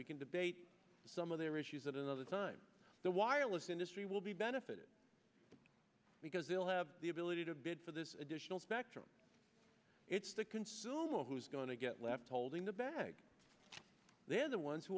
we can debate some of their issues at another time the wireless industry will be benefited because it will have the ability to bid for this additional spectrum it's the consumer who is going to get left holding the bag they're the ones who